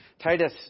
Titus